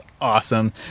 awesome